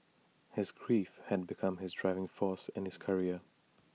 his grief had become his driving force in his career